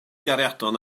gariadon